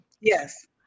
yes